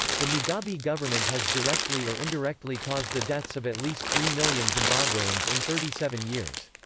the mugabe government has directly or indirectly caused the deaths of at least three million zimbabweans in thirty seven years.